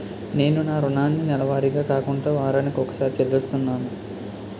నేను నా రుణాన్ని నెలవారీగా కాకుండా వారాని కొక్కసారి చెల్లిస్తున్నాను